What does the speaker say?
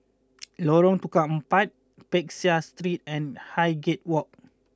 Lorong Tukang Empat Peck Seah Street and Highgate Walk